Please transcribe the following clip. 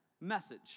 message